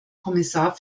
kommissar